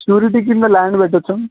surety కింద land పెట్టొచ్చా